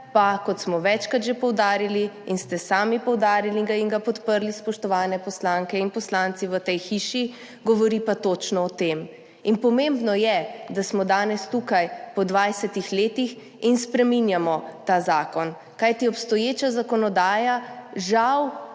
pa, kot smo večkrat že poudarili in ste sami poudarili in ga podprli, spoštovane poslanke in poslanci v tej hiši, govori točno o tem. Pomembno je, da smo danes tukaj po 20 letih in spreminjamo ta zakon, kajti obstoječa zakonodaja žal